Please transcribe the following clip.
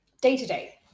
day-to-day